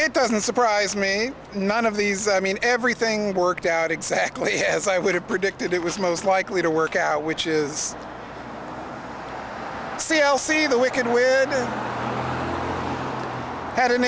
it doesn't surprise me none of these i mean everything worked out exactly as i would have predicted it was most likely to work out which is c l c the we can we had an